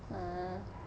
ah